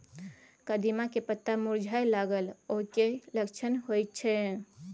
कदिम्मा के पत्ता मुरझाय लागल उ कि लक्षण होय छै?